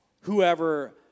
whoever